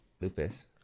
Lupus